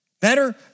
Better